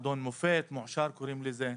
מועדון מופת מועשר קוראים לזה,